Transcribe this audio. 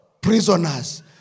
prisoners